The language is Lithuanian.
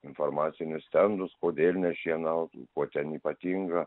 informacinius stendus kodėl nešienaut kuo ten ypatinga